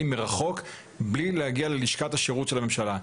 מרחוק בלי להגיע ללשכת השירות של הממשלה.